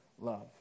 love